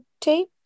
tape